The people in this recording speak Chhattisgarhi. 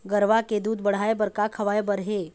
गरवा के दूध बढ़ाये बर का खवाए बर हे?